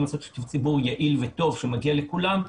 ששיתוף הציבור יהיה יעיל וטוב שמגיע לכולם.